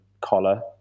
collar